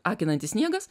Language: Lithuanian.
akinantis sniegas